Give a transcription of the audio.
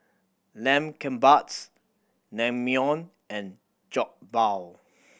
Lamb Kebabs Naengmyeon and Jokbal